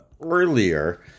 earlier